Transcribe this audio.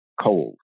cold